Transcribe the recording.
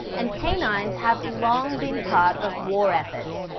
and canines have long been part of war efforts.